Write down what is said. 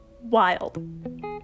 wild